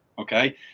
okay